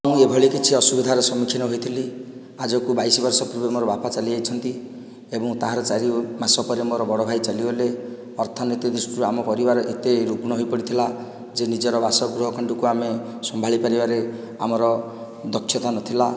ମୁଁ ଏଭଳି କିଛି ଅସୁବିଧାର ସମ୍ମୁଖୀନ ହୋଇଥିଲି ଆଜକୁ ବାଇଶ ବର୍ଷ ପୂର୍ବେ ମୋର ବାପା ଚାଲି ଯାଇଛନ୍ତି ଏବଂ ତାହାର ଚାରି ମାସ ପରେ ମୋର ବଡ଼ ଭାଇ ଚାଲିଗଲେ ଅର୍ଥନୀତି ଦୃଷ୍ଟିରୁ ଆମ ପରିବାର ଏତେ ରୁଗ୍ଣ ହୋଇପଡ଼ିଥିଲା ଯେ ନିଜର ବାସଗୃହ ଖଣ୍ଡିକୁ ଆମେ ସମ୍ଭାଳିପାରିବାରେ ଆମର ଦକ୍ଷତା ନଥିଲା